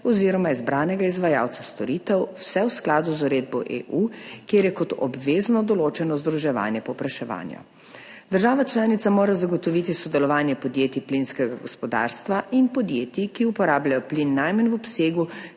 oziroma izbranega izvajalca storitev, vse v skladu z uredbo EU, kjer je kot obvezno določeno združevanje povpraševanja. Država članica mora zagotoviti sodelovanje podjetij plinskega gospodarstva in podjetij, ki uporabljajo plin najmanj v obsegu